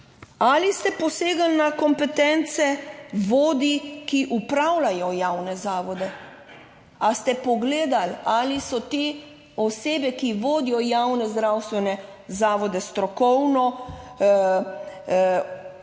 ali ste posegli na kompetence vodij, ki upravljajo javne zavode. Ali ste pogledali, ali so te osebe, ki vodijo javne zdravstvene zavode, strokovno